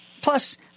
Plus